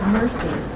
mercy